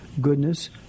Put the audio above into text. goodness